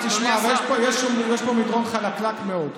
תשמע, אבל יש פה מדרון חלקלק מאוד,